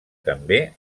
també